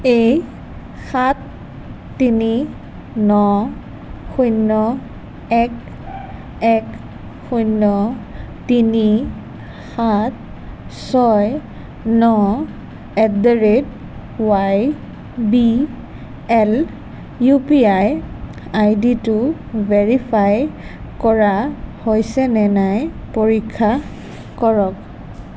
এই সাত তিনি ন শূন্য এক এক শূন্য তিনি সাত ছয় ন at the rate Y B L U P I ID টো ভেৰিফাই কৰা হৈছে নে নাই পৰীক্ষা কৰক